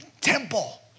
temple